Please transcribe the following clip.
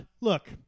Look